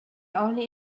only